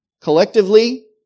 collectively